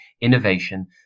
innovation